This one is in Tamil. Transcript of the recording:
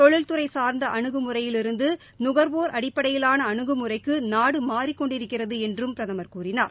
தொழில்துறை சார்ந்த அணுகுமுறையிலிருந்து நுகர்வோர் அடிப்படையிலான அணுகுமுறைக்கு நாடு மாறிக் கொண்டிருக்கிறது என்றும் பிரதமர் கூறினார்